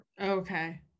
Okay